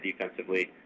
defensively